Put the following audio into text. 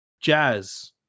Jazz